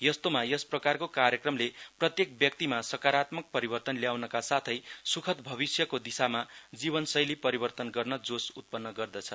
यस्तोमा यस प्रकारको कार्यक्रमले प्रत्येक व्यक्तिमा सकारात्मक परिवर्तन ल्याउनका साथै सुखद भविष्यको दिशामा जीवनशैली परिवर्तन गर्न जोश उत्पन्न गर्दछ